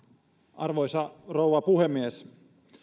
arvoisa rouva puhemies